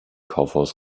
kaufhaus